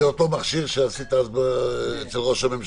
יש פחות לחץ על המכשיר --- זה אותו מכשיר שעשית אז אצל ראש הממשלה?